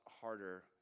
harder